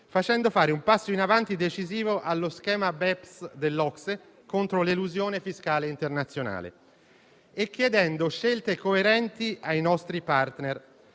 facendo fare un passo in avanti decisivo allo schema BEPS dell'OCSE contro l'elusione fiscale internazionale e chiedendo scelte coerenti ai nostri *partner*.